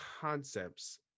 concepts